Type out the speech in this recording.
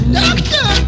doctor